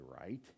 right